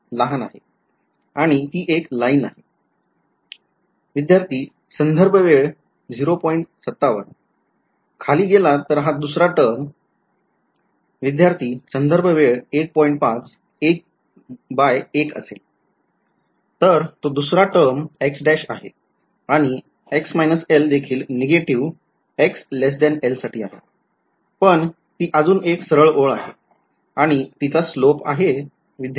खाली गेलात तर हा दुसरा टर्म तर तो दुसरा टर्म X आहे आणि X l देखील नेगेटिव्ह Xl पण ती अजून एक सरळ ओळ आहे आणि तिचा स्लोप आहे विध्यार्थी